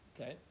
Okay